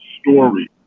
story